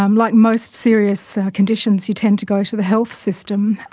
um like most serious conditions, you tend to go to the health system,